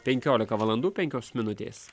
penkiolika valandų penkios minutės